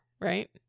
right